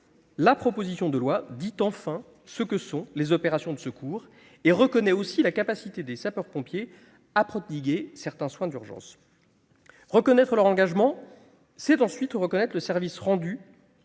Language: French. La proposition de loi dit enfin ce que sont les opérations de secours et reconnaît aussi la capacité des sapeurs-pompiers à prodiguer certains soins d'urgence. Reconnaître l'engagement des sapeurs-pompiers, c'est